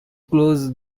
close